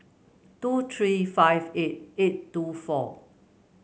two three five eight eight two four